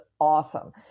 awesome